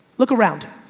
look around.